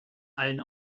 allen